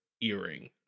earring